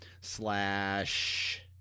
slash